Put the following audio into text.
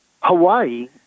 Hawaii